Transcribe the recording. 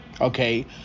Okay